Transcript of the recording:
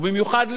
ובמיוחד,